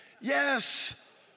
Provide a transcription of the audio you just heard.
Yes